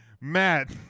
Matt